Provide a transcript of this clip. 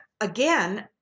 again